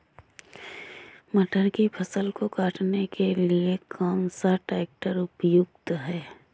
मटर की फसल को काटने के लिए कौन सा ट्रैक्टर उपयुक्त है?